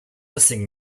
missing